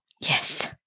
Yes